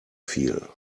viel